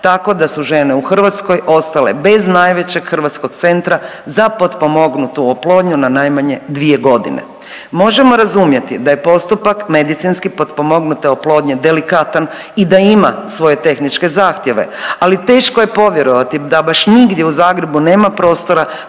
tako da su žene u Hrvatskoj ostale bez najvećeg hrvatskog centra za potpomognutu oplodnju na najmanje dvije godine. Možemo razumjeti da je postupak medicinski potpomognute oplodnje delikatan i da ima svoje tehničke zahtjeve, ali teško je povjerovati da baš nigdje u Zagrebu nema prostora